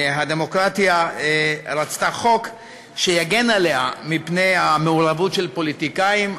הדמוקרטיה רצתה חוק שיגן עליה מפני המעורבות של פוליטיקאים.